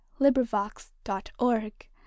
LibriVox.org